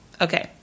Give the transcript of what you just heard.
Okay